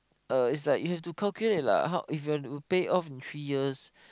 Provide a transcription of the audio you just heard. uh is like you have to calculate like if you want to pay off in three years